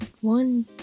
one